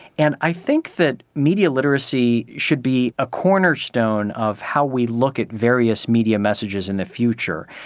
and i think that media literacy should be a cornerstone of how we look at various media messages in the future.